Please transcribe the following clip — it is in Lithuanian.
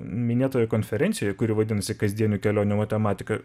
minėtoje konferencijoje kuri vadinasi kasdienių kelionių matematika